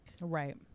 right